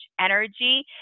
energy